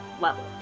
level